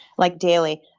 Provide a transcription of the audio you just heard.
like daily.